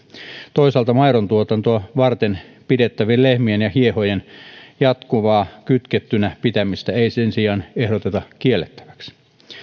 toisaalta maidontuotantoa varten pidettävien lehmien ja hiehojen jatkuvaa kytkettynä pitämistä ei sen sijaan ehdoteta kiellettäväksi